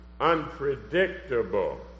unpredictable